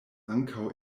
ankaŭ